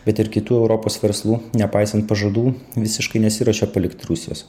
bet ir kitų europos verslų nepaisant pažadų visiškai nesiruošė palikt rusijos